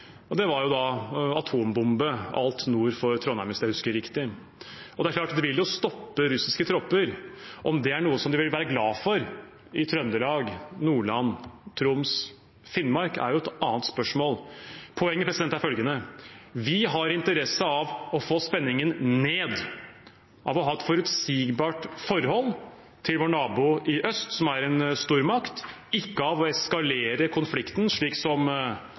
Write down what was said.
og det var å atombombe alt nord for Trondheim, hvis jeg husker riktig. Det er klart det vil jo stoppe russiske tropper. Om det er noe de vil være glad for i Trøndelag, Nordland, Troms og Finnmark, er et annet spørsmål. Poenget er følgende: Vi har interesse av å få spenningen ned, av å ha et forutsigbart forhold til vår nabo i øst, som er en stormakt – ikke av å eskalere konflikten, slik som